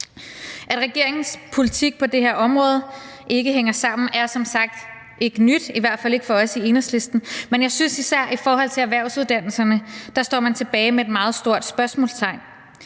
At regeringens politik på det her område ikke hænger sammen, er som sagt ikke nyt, i hvert fald ikke for os i Enhedslisten, men jeg synes især, at man i forhold til erhvervsuddannelserne står tilbage med et meget stort spørgsmålstegn.